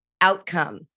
outcome